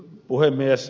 puhemies